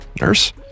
Nurse